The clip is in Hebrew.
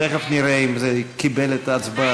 תכף נראה אם זה קיבל את הצבעתי.